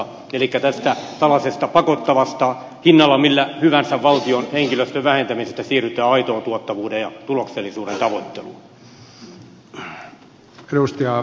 elikkä tästä tällaisesta pakottavasta hinnalla millä hyvänsä valtion henkilöstön vähentämisestä siirrytään aitoon tuottavuuden ja tuloksellisuuden tavoitteluun